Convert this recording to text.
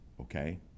okay